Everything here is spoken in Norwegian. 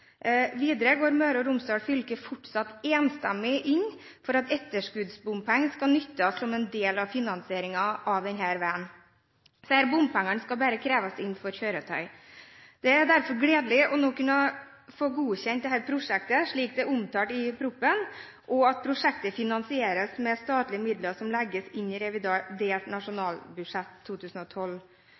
Videre går Møre og Romsdal fylke fortsatt enstemmig inn for at etterskuddsbompenger skal nyttes som en del av finansieringen av denne veien. Disse bompengene skal bare kreves inn for kjøretøy. Det er derfor gledelig nå å kunne få godkjent dette prosjektet slik det er omtalt i proposisjonen, og at prosjektet finansieres med statlige midler som legges inn i revidert nasjonalbudsjett 2012.